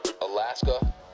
Alaska